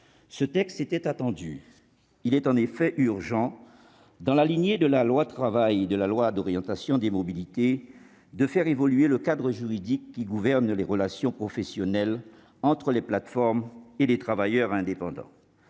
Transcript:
Ce texte était attendu. Il est en effet urgent, dans la lignée de la loi relative au travail et de la loi d'orientation des mobilités, de faire évoluer le cadre juridique qui gouverne les relations professionnelles entre les plateformes et les travailleurs indépendants,